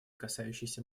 касающейся